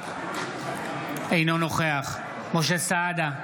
אינו נוכח משה סעדה,